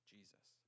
Jesus